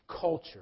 culture